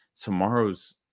Tomorrow's